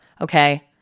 okay